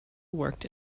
worked